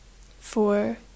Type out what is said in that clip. Four